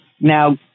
now